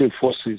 forces